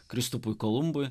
kristupui kolumbui